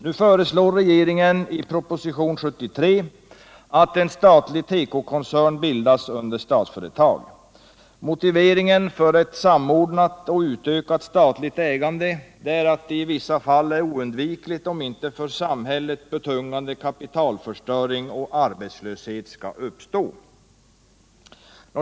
Nu föreslår regeringen i propositionen 73 att en statlig tekokoncern bildas under Statsföretag. Motiveringen för ett samordnat och utökat statligt ägande är att det i vissa fall är oundvikligt, om inte för samhället betungande kapitalförstöring och arbetslöshet skall uppstå.